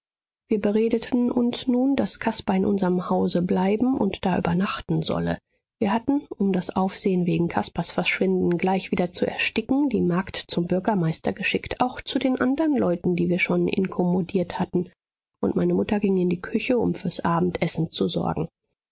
wir beredeten uns nun daß caspar in unserm hause bleiben und da übernachten solle wir hatten um das aufsehen wegen caspars verschwinden gleich wieder zu ersticken die magd zum bürgermeister geschickt auch zu den andern leuten die wir schon inkommodiert hatten und meine mutter ging in die küche um fürs abendessen zu sorgen